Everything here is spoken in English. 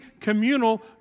communal